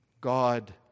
God